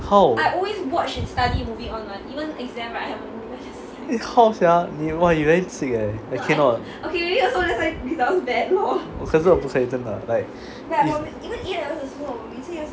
how eh how sia !wah! you very sick leh 可是我不可以真的